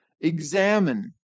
Examine